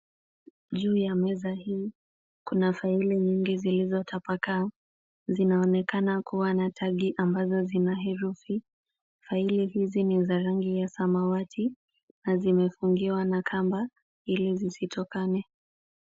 Juu ya meza hii kuna faili nyingi zilizotapakaa. Zinaonekana kuwa na tagi ambazo zina herufi. Faili hizi ni za rangi ya samawati na zimefungiwa na kamba ili zisitokane.